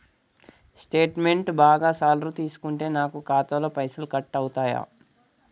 Statement బాగా సార్లు తీసుకుంటే నాకు ఖాతాలో పైసలు కట్ అవుతయా?